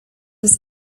was